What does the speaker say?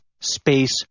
space